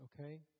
Okay